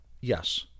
Yes